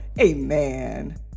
Amen